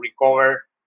recover